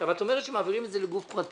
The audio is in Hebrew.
עכשיו את אומרת שמעבירים את זה לגוף פרטי.